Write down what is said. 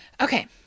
Okay